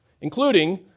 including